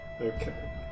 Okay